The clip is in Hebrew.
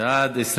(תיקון מס'